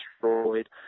destroyed